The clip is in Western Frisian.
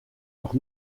noch